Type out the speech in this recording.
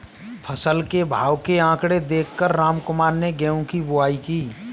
फसल के भाव के आंकड़े देख कर रामकुमार ने गेहूं की बुवाई की